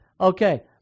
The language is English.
Okay